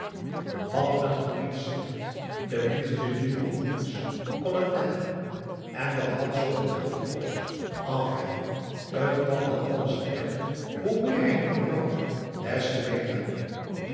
wat n gemeen schrift de minste djoeroe toelis kon het netter en dat had zooveel geld gekost enfin t kwam wel alles terecht hoe meer hij nu genoot des te beter